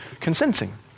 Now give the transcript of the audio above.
consenting